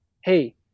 Hey